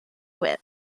whip